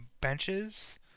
benches